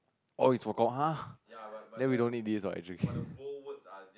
oh it's for !huh! then we don't need this what actually